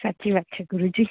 સાચી વાત છે ગુરુજી